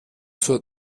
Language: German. zur